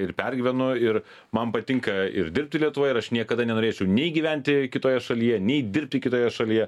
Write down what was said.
ir pergyvenu ir man patinka ir dirbti lietuvoj ir aš niekada nenorėčiau nei gyventi kitoje šalyje nei dirbti kitoje šalyje